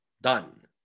Done